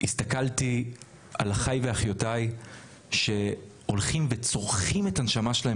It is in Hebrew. והסתכלתי על אחיי ואחיותיי שהולכים וצורחים את הנשמה שלהם